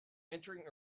entering